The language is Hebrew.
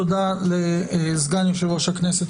תודה לסגן יושב-ראש הכנסת,